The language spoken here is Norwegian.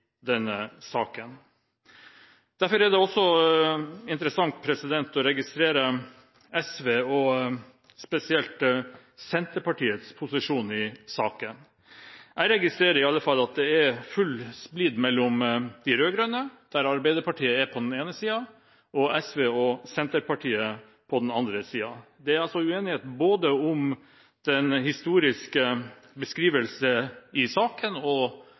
denne saken. Derfor er det også interessant å registrere SVs og – spesielt – Senterpartiets posisjon i saken. Jeg registrerer iallfall at det er full splid mellom de rød-grønne, der Arbeiderpartiet er på den ene siden og SV og Senterpartiet på den andre. Det er altså uenighet både om den historiske beskrivelsen i saken